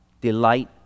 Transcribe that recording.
delight